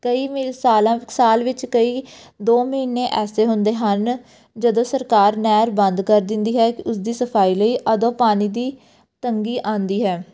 ਕਈ ਮੀ ਸਾਲਾਂ ਸਾਲ ਵਿੱਚ ਕਈ ਦੋ ਮਹੀਨੇ ਐਸੇ ਹੁੰਦੇ ਹਨ ਜਦੋਂ ਸਰਕਾਰ ਨਹਿਰ ਬੰਦ ਕਰ ਦਿੰਦੀ ਹੈ ਉਸਦੀ ਸਫਾਈ ਲਈ ਉਦੋਂ ਪਾਣੀ ਦੀ ਤੰਗੀ ਆਉਂਦੀ ਹੈ